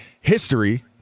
history